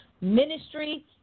ministry